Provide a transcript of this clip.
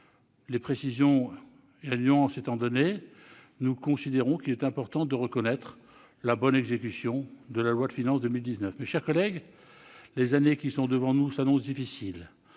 des précisions et nuances que je viens d'indiquer, nous considérons qu'il est important de reconnaître la bonne exécution de la loi de finances pour 2019. Mes chers collègues, les années qui sont devant nous s'annoncent difficiles.